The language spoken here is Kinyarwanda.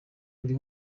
buri